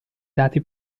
dati